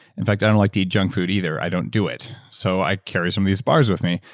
in fact, i don't like to eat junk food either. i don't do it. so i carry some of these bars with me,